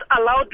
allowed